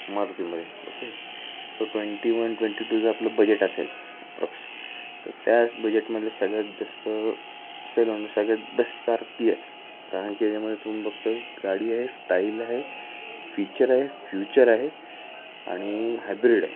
मारुतीमध्ये okay तो twenty one twenty टूचं आपलं बजेट असेल अप्रॉक्स तर त्या बजेटमधले सगळ्यात जास्त सेल होना सगळ्यात बेस्ट कार ती असेल कारण की याच्यामध्ये तुम बघतं गाडी आहे स्टाईल आहे फीचर आहे फ्युचर आहे आणि हायब्रिड आहे